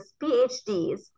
PhDs